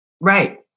Right